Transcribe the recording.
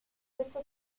questo